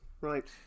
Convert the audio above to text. Right